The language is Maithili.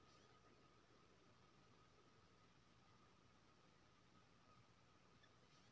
एक मेट्रिक टन कद्दू उतारे में कतेक मजदूरी लागे इ आर एक एकर में कतेक यूरिया खाद लागे छै?